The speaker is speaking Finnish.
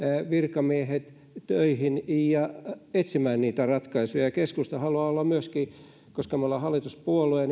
virkamiehet töihin ja etsimään niitä ratkaisuja keskusta haluaa olla myöskin koska me olemme hallituspuolue